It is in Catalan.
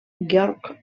georg